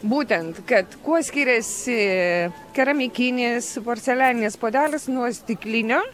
būtent kad kuo skiriasi keramikinis porcelianinis puodelis nuo stiklinio